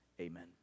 Amen